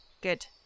Good